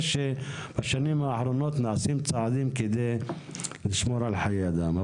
שבשנים האחרונות נעשים צעדים כדי לשמור על חיי אדם.